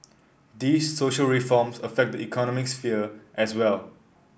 these social reforms affect the economic sphere as well